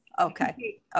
okay